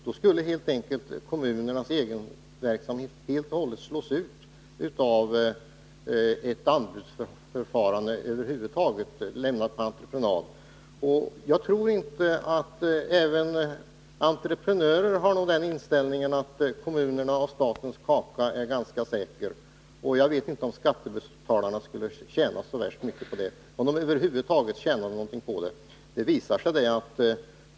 Då skulle kommunernas egenverksamhet helt slås ut genom ett anbudsförfarande. Jag tror att även entreprenörerna har den inställningen att kommunernas och statens kaka är ganska säker. Jag vet inte om skattebetalarna skulle tjäna så särskilt mycket på en övergång till ett anbudsförfarande.